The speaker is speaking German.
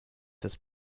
das